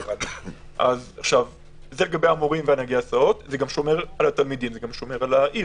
זה גם שומר על התלמידים ועל העיר.